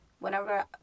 Whenever